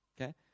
Okay